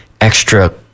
extra